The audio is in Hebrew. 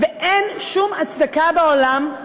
ואין שום הצדקה בעולם,